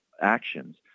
actions